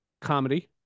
Comedy